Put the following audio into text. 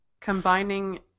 Combining